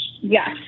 Yes